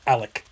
Alec